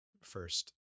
first